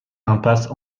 impasse